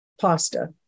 pasta